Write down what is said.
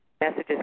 messages